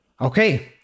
Okay